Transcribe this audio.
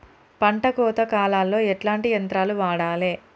పంట కోత కాలాల్లో ఎట్లాంటి యంత్రాలు వాడాలే?